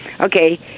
okay